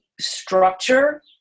structure